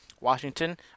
Washington